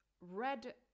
red